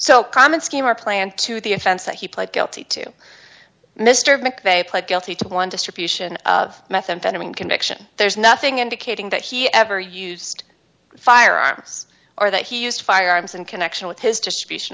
so common scheme or plan to the offense that he pled guilty to mr mcveigh pled guilty to one distribution of methamphetamine connection there's nothing indicating that he ever used firearms or that he used firearms in connection with his